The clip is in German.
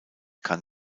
kann